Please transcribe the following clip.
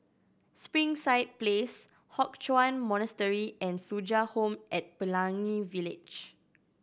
Springside Place Hock Chuan Monastery and Thuja Home at Pelangi Village